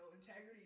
integrity